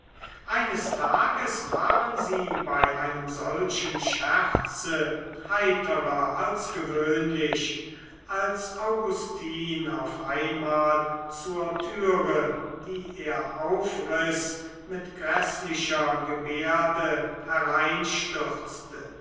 eines tages waren sie bei einem solchen scherze heiterer als gewöhnlich als augustin auf einmal zur türe die er aufriß mit gräßlicher gebärde hereinstürzte